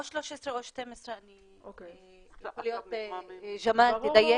או 13, או 12. ג'מאל, אתה יכול לדייק?